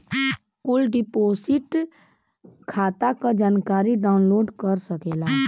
कुल डिपोसिट खाता क जानकारी डाउनलोड कर सकेला